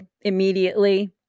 immediately